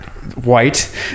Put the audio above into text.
White